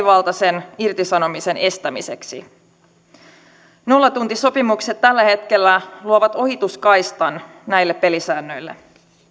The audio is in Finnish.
muun muassa mielivaltaisen irtisanomisen estämiseksi nollatuntisopimukset luovat tällä hetkellä ohituskaistan näille pelisäännöille